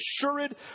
assured